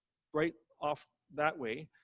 right off that way,